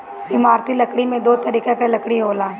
इमारती लकड़ी में दो तरीके कअ लकड़ी होला